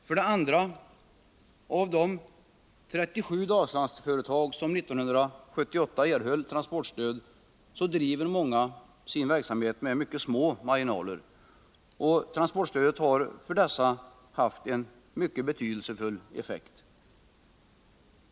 För det andra driver många av de 37 Dalslandsföretag som 1978 erhöll transportstöd sin verksamhet med mycket små marginaler. Transportstödet har för dessa haft en mycket betydelsefull effekt.